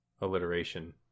alliteration